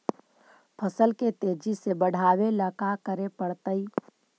फसल के तेजी से बढ़ावेला का करे पड़तई?